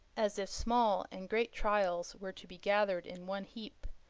as if small and great trials were to be gathered in one heap,